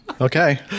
Okay